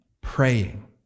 praying